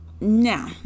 now